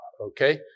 Okay